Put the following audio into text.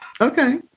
Okay